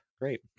Great